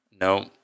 No